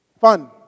fun